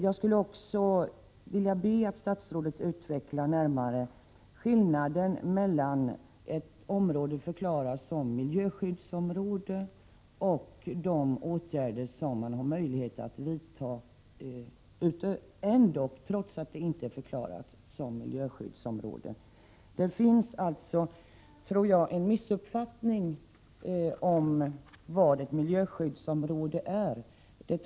Jag skulle också vilja be att statsrådet utvecklar närmare vad som menas med att ett område blir förklarat som miljöskyddsområde och vilka åtgärder man har möjlighet att vidta när ett område inte har förklarats som miljöskyddsområde. Jag tror att det råder osäkerhet om vad ett miljöskyddsområde egentligen är.